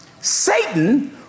Satan